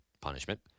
punishment